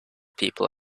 people